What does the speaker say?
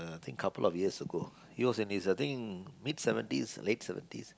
think couple of years ago he was in his I think mid seventies or late seventies